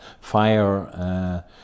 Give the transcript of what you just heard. fire